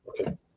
Okay